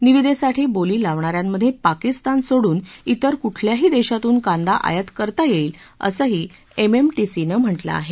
निविदेसाठी बोली लावणाऱ्यांमध्ये पाकिस्तान सोडून तिर कुठल्याही देशातून कांदा आयात करता येईल असंही एमएमटीसीनं म्हटलं आहे